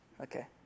Okay